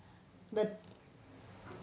the